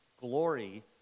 glory